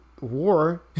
war